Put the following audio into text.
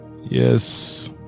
Yes